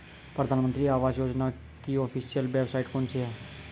प्रधानमंत्री आवास योजना की ऑफिशियल वेबसाइट कौन सी है?